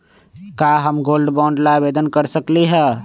का हम gold bond ला आवेदन कर सकली ह?